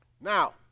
Now